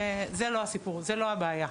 וזה לא הסיפור, זו לא הבעיה.